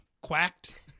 quacked